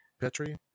Petri